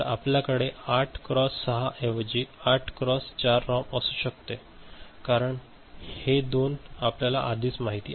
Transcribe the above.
तर आपल्याकडे 8 क्रॉस 6 ऐवजी 8 क्रॉस 4 रॉम असू शकते कारण हे दोन आपल्याला आधीच माहित आहेत